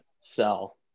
sell